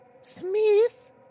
Smith